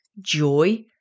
joy